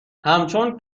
همچون